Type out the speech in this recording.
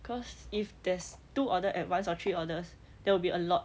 cause if there's two order at once or three orders there will be a lot